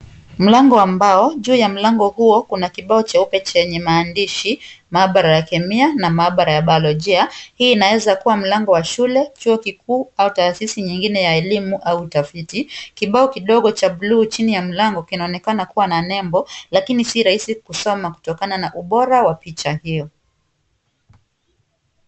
Mlango ambao juu ya mlango huo kuna kibao cheupe chenye maandishi maabara ya Kemia na maabara ya Biolojia. Hii inaweza kuwa mlango wa shule, chuo kikuu au taasisi nyingine ya elimu au utafiti. Kibao kidogo cha bluu chini ya mlango kinaonekana kuwa na nembo lakini si rahisi kusoma kutokana na ubora wa picha hiyo.